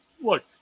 look